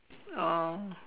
oh